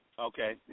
Okay